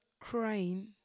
crying